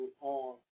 on